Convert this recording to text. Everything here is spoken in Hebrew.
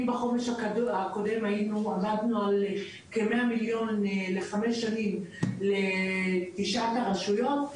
אם בחומש הקודם עמדנו על כ-100,000,000 לחמש שנים לתשע הרשויות,